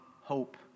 hope